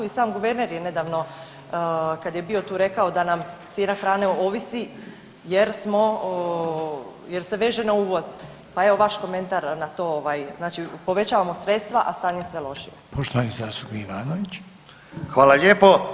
I sam guverner je nedavno kad je bio tu rekao da nam cijena hrane ovisi jer smo jer se veže na uvoz, pa evo vaš komentar na to, znači povećavamo sredstva, a stanje je sve lošije.